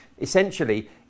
Essentially